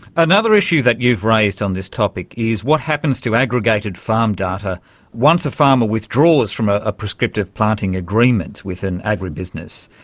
another issue that you've raised on this topic is what happens to aggregated farm data once a farmer withdraws from ah a prescriptive planting agreement with an agribusiness.